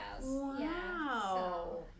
Wow